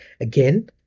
Again